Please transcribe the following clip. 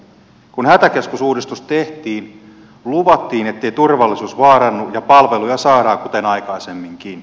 kun hätäkeskusuudistus tehtiin luvattiin ettei turvallisuus vaarannu ja palveluja saadaan kuten aikaisemminkin